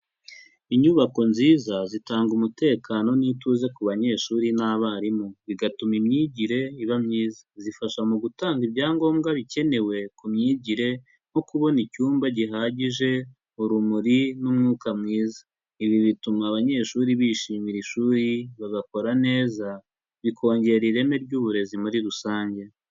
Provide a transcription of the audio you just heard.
Inyubako nziza, zitanga umutekano n'ituze ku banyeshuri n'abarimu. Bigatuma imyigire, iba myiza. Zifasha mu gutanga ibyangombwa bikenewe, ku myigire, nko kubona icyumba gihagije, urumuri, n'umwuka mwiza. ibi bituma abanyeshuri bishimira ishuri, bagakora neza, bikongera ireme ry'uburezi muri rusange.